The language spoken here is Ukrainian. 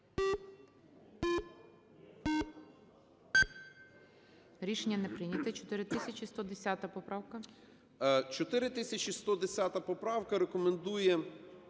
Рішення не прийнято. 4110 поправка.